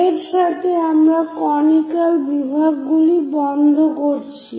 এর সাথে আমরা কনিক্যাল বিভাগগুলি বন্ধ করছি